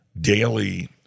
daily